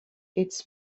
its